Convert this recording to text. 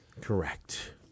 Correct